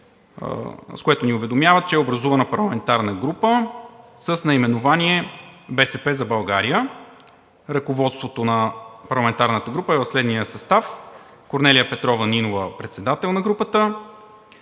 с което ни уведомяват, че е образувана парламентарна група с наименование „БСП за България“. Ръководството на парламентарната група е в следния състав: Корнелия Петрова Нинова – председател на групата;